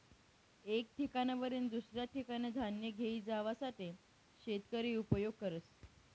एक ठिकाणवरीन दुसऱ्या ठिकाने धान्य घेई जावासाठे शेतकरी उपयोग करस